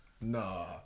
Nah